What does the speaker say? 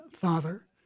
father